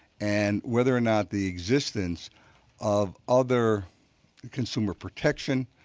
and whether or not the existence of other consumer protection